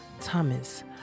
Thomas